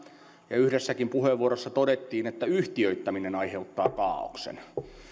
ja yhdessäkin puheenvuorossa todettiin että yhtiöittäminen aiheuttaa kaaoksen